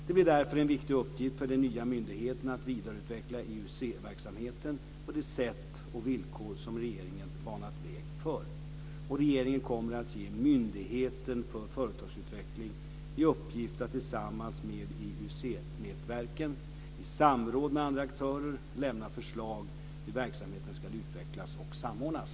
Det blir därför en viktig uppgift för den nya myndigheten att vidareutveckla IUC-verksamheten på de sätt och villkor som regeringen banat väg för. Regeringen kommer att ge myndigheten för företagsutveckling i uppgift att tillsammans med IUC nätverken, i samråd med andra aktörer, lämna förslag om hur verksamheten ska utvecklas och samordnas.